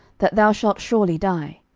that thou shalt surely die?